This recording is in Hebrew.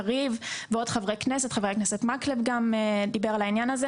קריב ועוד חברי כנסת גם חבר הכנסת מקלב דיבר על העניין הזה